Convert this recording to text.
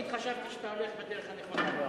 תמיד חשבתי שאתה הולך בדרך הנכונה.